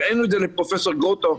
הראינו את זה לפרופ' גרוטו,